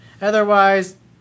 Otherwise